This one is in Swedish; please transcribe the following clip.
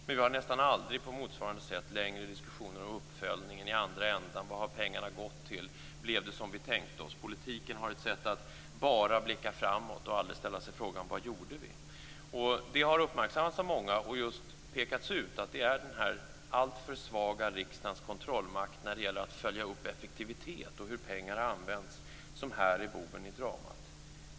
Men vi har nästan aldrig på motsvarande sätt längre diskussioner om uppföljningen i andra ändan. Vad har pengarna gått till? Blev det som vi tänkte oss? Politiken har ett sätt att bara blicka framåt och aldrig ställa sig frågan: Vad gjorde vi? Detta har uppmärksammats av många, och man har pekat på att det just är riksdagens alltför svaga kontrollmakt när det gäller att följa upp effektivitet och hur pengar används som är boven i dramat.